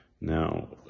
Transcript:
Now